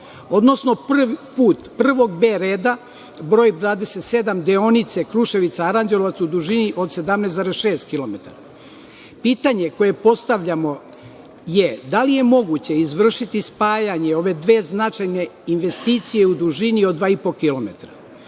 odnosno prvi put, prvog B reda broj 27 deonice Kruševica - Aranđelovac u dužini od 17,6 kilometara. Pitanje koje postavljamo je – da li je moguće izvršiti spajanje ove dve značajne investicije u dužini od dva i